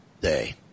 day